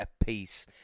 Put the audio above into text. apiece